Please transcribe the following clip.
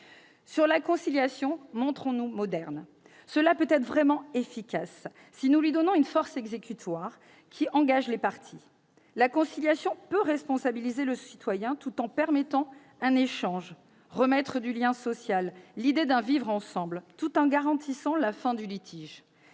Sur la conciliation, montrons-nous modernes ! Cela peut être vraiment efficace si nous lui donnons une force exécutoire qui engage les parties. La conciliation peut responsabiliser le citoyen tout en permettant d'instaurer un échange, de retisser du lien social et de promouvoir l'idée d'un « vivre ensemble », tout en garantissant la fin du litige.